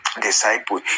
disciple